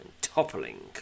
toppling